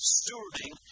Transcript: stewarding